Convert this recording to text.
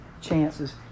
chances